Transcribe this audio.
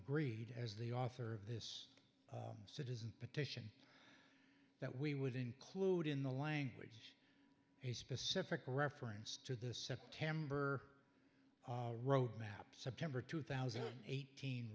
agreed as the author of this citizen petition that we would include in the language a specific reference to the september road map september two thousand and eighteen